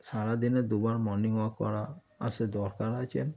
সারাদিনে দুবার morning walk করা আর সে দরকার আছে